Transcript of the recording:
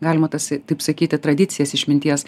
galima tas taip sakyti tradicijas išminties